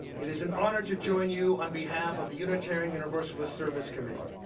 it is an honor to join you on behalf of the unitarian universalist service committee.